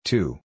Two